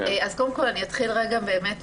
קודם כל, אני אתחיל מההתחלה.